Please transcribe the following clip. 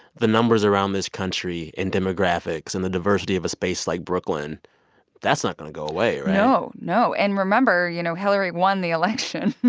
the numbers around this country and demographics and the diversity of a space like brooklyn that's not going to go away, right? no, no. and remember, you know, hillary won the election.